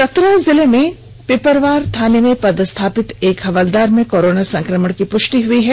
चतरा जिले में पिपरवार थाने में पदस्थापित एक हवलदार में कोरोना संक्रमण की पुष्टि हुई है